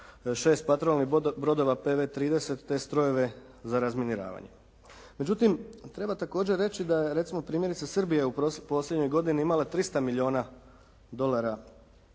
6 patrolnih brodova PV 30 te strojeve za razminiravanje. Međutim treba također reći da je recimo primjerice Srbija u posljednjoj godini imala 300 milijuna dolara